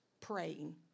praying